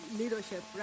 leadership